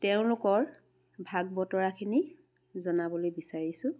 তেওঁলোকৰ ভাগ বতৰাখিনি জনাবলৈ বিচাৰিছোঁ